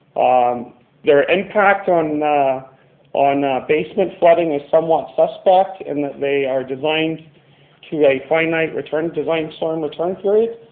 um their impact on on basement flooding is somewhat suspect in that they are designed to a finite return design storm return period,